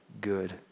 good